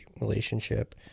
relationship